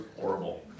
horrible